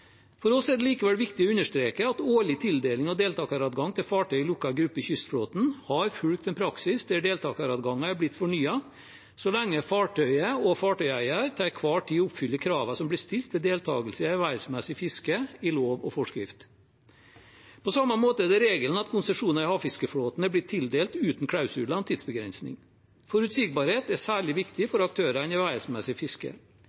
For oss er det likevel viktig å understreke at årlig tildeling og deltakeradgang til fartøy i lukket gruppe i kystflåten har fulgt en praksis der deltakeradgangen er blitt fornyet så lenge fartøyet og fartøyeieren til enhver tid oppfyller kravene som blir stilt ved deltakelse i ervervsmessig fiske i lov og forskrift. På samme måte er det regelen at konsesjoner i havfiskeflåten er blitt tildelt uten klausuler om tidsbegrensning. Forutsigbarhet er særlig viktig for aktørene i ervervsmessig fiske.